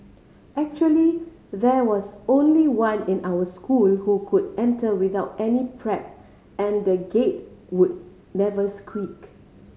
actually there was only one in our school who could enter without any prep and the Gate would never squeak